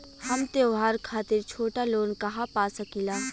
हम त्योहार खातिर छोटा लोन कहा पा सकिला?